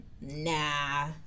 nah